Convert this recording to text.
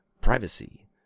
Privacy